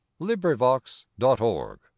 LibriVox.org